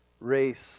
race